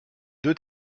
deux